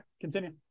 continue